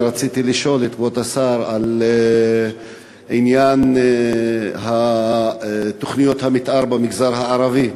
אני רציתי לשאול את כבוד השר על עניין תוכניות המתאר במגזר הערבי,